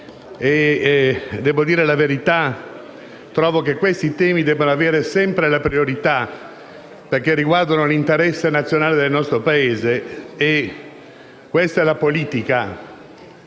e devo dire la verità: trovo che questi temi debbano avere sempre la priorità, perché riguardano l'interesse nazionale del nostro Paese e questa è la politica.